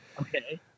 okay